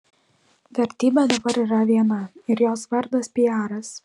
vertybė dabar yra viena ir jos vardas piaras